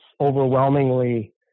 overwhelmingly